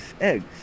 eggs